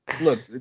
Look